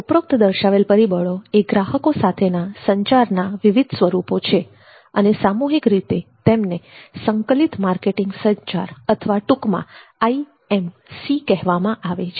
ઉપરોક્ત દર્શાવેલ પરિબળો એ ગ્રાહકો સાથેના સંચારના વિવિધ સ્વરૂપો છે અને સામૂહિક રીતે તેમને સંકલિત માર્કેટિંગ સંચાર અથવા ટૂંકમાં IMC કહેવામાં આવે છે